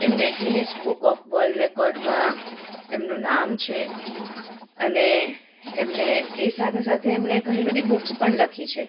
એમને Guinness book of world રેકોર્ડમાં એમનું નામ છે અને એમણે એ સાથે સાથે એમણે ઘણીબધી બુક્સ પણ લખી છે